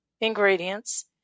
ingredients